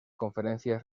conferencias